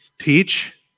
teach